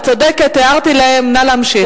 את צודקת, הערתי להם, נא להמשיך.